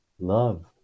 love